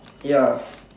ya